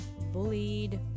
bullied